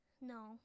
No